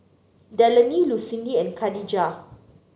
Delaney Lucindy and Khadijah